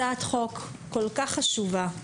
הצעת חוק כל כך חשובה,